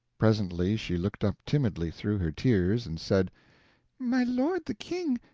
presently she looked up timidly through her tears, and said my lord the king,